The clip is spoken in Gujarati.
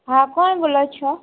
હા કોણ બોલો છો